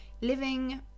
living